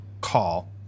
call